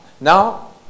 now